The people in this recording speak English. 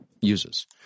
uses